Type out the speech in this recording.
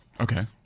Okay